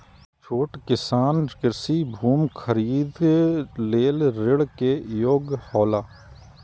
छोट किसान कृषि भूमि खरीदे लेल ऋण के योग्य हौला?